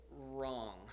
wrong